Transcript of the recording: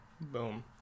Boom